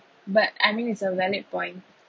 but I mean it's a valid point